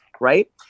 right